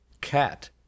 cat